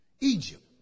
Egypt